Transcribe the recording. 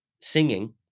singing